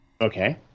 Okay